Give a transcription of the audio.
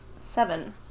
Seven